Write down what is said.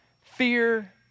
Fear